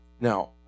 now